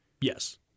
Yes